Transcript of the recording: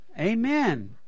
Amen